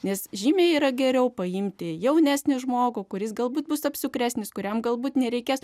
nes žymiai yra geriau paimti jaunesnį žmogų kuris galbūt bus apsukresnis kuriam galbūt nereikės